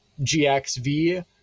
GXV